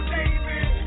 David